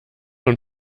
und